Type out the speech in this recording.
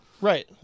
Right